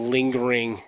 Lingering